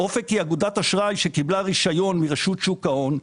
"אופק" היא אגודת אשראי שקיבלה רישיון מרשות שוק ההון.